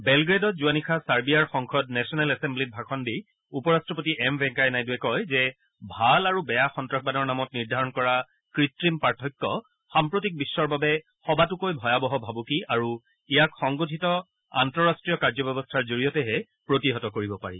বেলগ্ৰেডত যোৱা নিশা ছাৰ্বিয়াৰ সংসদ খচৰাক নেচনেল এছেঘ্লিত ভাষণ দি উপ ৰাট্টপতি এম ভেংকায়া নাইডুৱে কয় যে ভাল আৰু বেয়া সন্তাসবাদৰ নামত নিৰ্ধাৰণ কৰা কৃত্ৰিম পাৰ্থক্য সাম্প্ৰতিক বিশ্বৰ বাবে সবাতোকৈ ভয়াবহ ভাবুকি আৰু ইয়াক সংগঠিত আন্তঃৰাষ্ট্ৰীয় কাৰ্যব্যৱস্থাৰ জৰিয়তেহে প্ৰতিহত কৰিব পাৰি